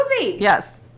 Yes